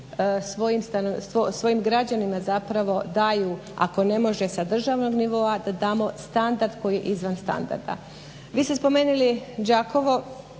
svojim građanima daju ako ne može sa državnog nivoa da damo standard koji je izvan standarda. Vi ste spomenuli Đakovo,